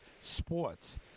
sports